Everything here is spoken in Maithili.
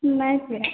नहि छै